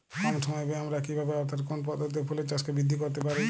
কম সময় ব্যায়ে আমরা কি ভাবে অর্থাৎ কোন পদ্ধতিতে ফুলের চাষকে বৃদ্ধি করতে পারি?